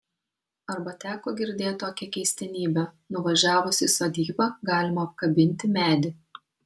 arba teko girdėt tokią keistenybę nuvažiavus į sodybą galima apkabinti medį